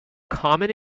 common